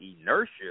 inertia